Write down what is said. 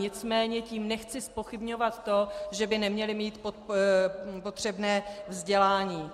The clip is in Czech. Nicméně tím nechci zpochybňovat to, že by neměli mít potřebné vzdělání.